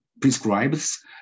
prescribes